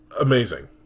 amazing